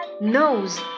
Nose